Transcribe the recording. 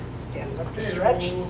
stand up to stretch.